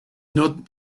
not